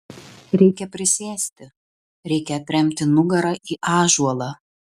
reikia prisėsti reikia atremti nugarą į ąžuolą